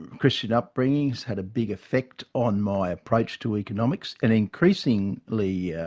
christian upbringing's had a big effect on my approach to economics, an increasingly like yeah